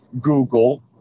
Google